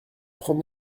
prends